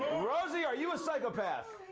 rosie, are you a psychopath?